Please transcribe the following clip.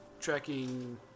tracking